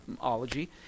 ology